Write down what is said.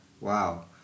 wow